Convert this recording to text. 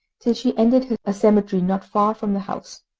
till she entered a cemetery not far from the house.